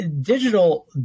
digital